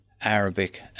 Arabic